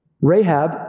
Rahab